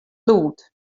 lûd